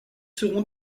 seront